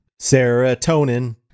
Serotonin